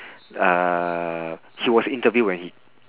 uh he was interviewed when he